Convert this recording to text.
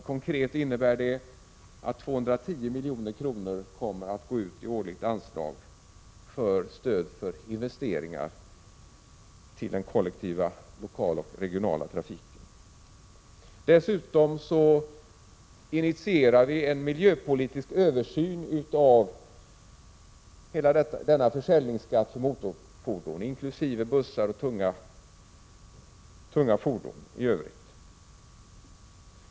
Konkret innebär det att 210 milj.kr. kommer att gå ut i årligt anslag för stöd till investeringar för den kollektiva lokala och regionala trafiken. Dessutom initierar vi en miljöpolitisk översyn av hela denna försäljningsskatt på motorfordon, inkl. bussar och tunga fordon i övrigt.